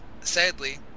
Sadly